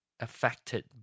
affected